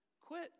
quit